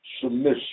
submission